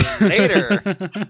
later